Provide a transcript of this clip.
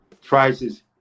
prices